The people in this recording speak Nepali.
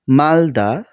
मालदा